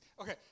Okay